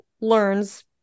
learns